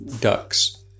ducks